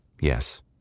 yes